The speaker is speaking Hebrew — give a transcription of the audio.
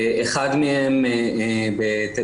אחד מהם בתל-אביב,